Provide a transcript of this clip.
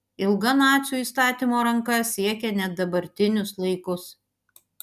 ilga nacių įstatymo ranka siekia net dabartinius laikus